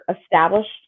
established